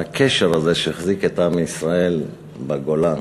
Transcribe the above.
והקשר הזה שהחזיק את עם ישראל בגולה,